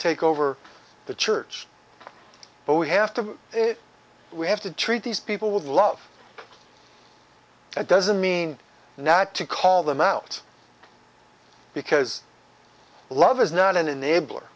take over the church but we have to it we have to treat these people with love that doesn't mean not to call them out because love is not an enabler